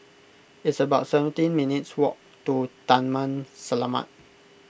it's about seventeen minutes' walk to Taman Selamat